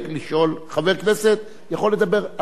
חבר כנסת יכול לדבר על מה שהוא רוצה.